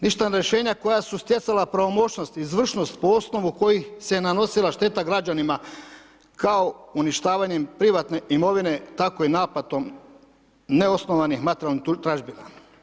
Ništavna rješenja koja su stjecala pravomoćnost, izvršnost, po osnovu kojih se nanosila šteta građanima, kao uništavanjem privatne imovine, tako i naplatom neosnovanih materijalnih tražbina.